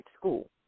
school